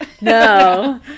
No